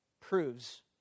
proves